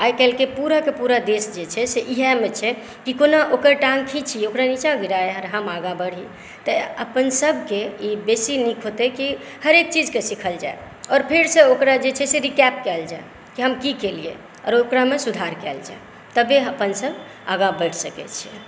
आइ काल्हिके पूराके पूरा देश जे छै इएहामे छै जे कोना ओकर टाँग खींचियै आ ओकरा नीचा गिराबी आ हम आगा बढ़ी ताहि अपन सभक ई बेसी नीक हेतै की हरेक चीजके सिखल जाय आओर फेर सँ ओकरा जे छै से रिकैप कएल जाय कि हम की केलियै आ ओकरामे सुधार कएल जाय तबे अपना सभ आगाँ बढ़ि सकै छियै